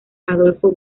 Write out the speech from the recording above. adolfo